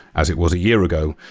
as it was a year ago.